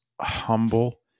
humble